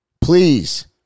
Please